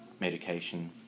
medication